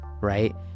right